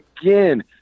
again